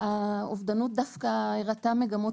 האובדנות דווקא הראתה מגמות